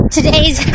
Today's